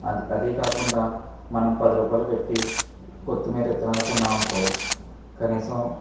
అదీ కాకుండా మనం పది రూపాయలు పెట్టి కొత్తిమీర విత్తనాలు కొన్నాం అనుకో కనీసం